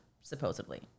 supposedly